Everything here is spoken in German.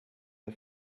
der